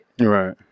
Right